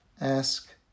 ask